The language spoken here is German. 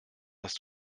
dass